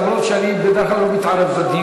אף שבדרך כלל אני לא מתערב בדיון.